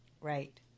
Right